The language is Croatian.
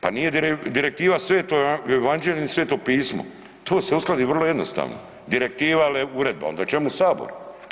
Pa nije direktiva sveto evanđelje ni Sveto Pismo, to se uskladi vrlo jednostavno, direktiva ili uredba, onda čemu Sabor.